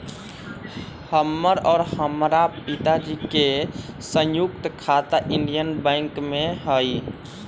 हमर और हमरा पिताजी के संयुक्त खाता इंडियन बैंक में हई